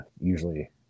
usually